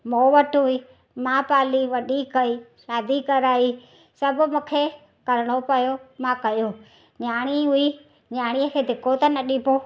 मूं वटि हुई मां पाली वॾी कई शादी कराई सभु मूंखे करिणो पियो मां कयो न्याणी हुई न्याणीअ खे धिको त न ॾिबो